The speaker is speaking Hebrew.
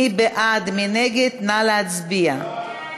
נא להצביע.